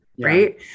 Right